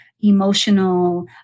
emotional